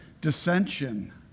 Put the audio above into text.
dissension